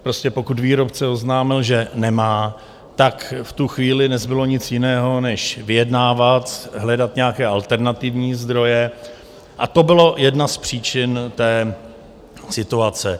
Prostě pokud výrobce oznámil, že nemá, v tu chvíli nezbylo nic jiného než vyjednávat, hledat nějaké alternativní zdroje, a to byla jedna z příčin té situace.